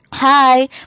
Hi